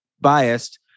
biased